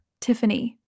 Tiffany